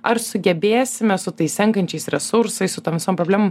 ar sugebėsime su tais senkančiais resursais su tom visom problemom